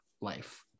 life